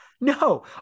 no